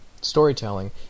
storytelling